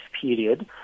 period